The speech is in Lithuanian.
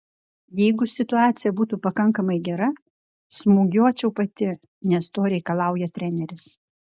jeigu situacija būtų pakankamai gera smūgiuočiau pati nes to reikalauja treneris